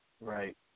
Right